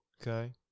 Okay